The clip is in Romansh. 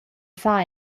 far